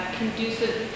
conducive